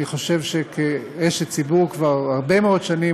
אני חושב שכאשת ציבור כבר הרבה מאוד שנים,